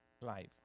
life